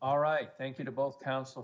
all right thank you to both counsel